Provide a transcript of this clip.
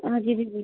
हाँ जी जी वही